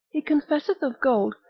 he confesseth of gold,